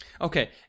Okay